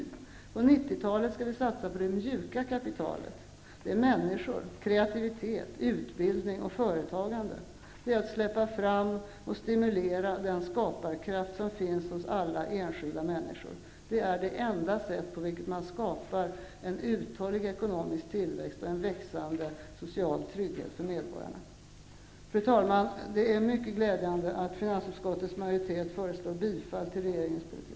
På 1990-talet skall vi satsa på det mjuka kapitalet -- människor, kreativitet, utbildning och företagande. Det är att släppa fram och stimulera den skaparkraft som finns hos alla enskilda människor. Det är det enda sätt på vilket man skapar en uthållig ekonomisk tillväxt och en växande social trygghet för medborgarna. Fru talman! Det är mycket glädjande att finansutskottets majoritet föreslår bifall till regeringens politik.